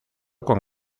con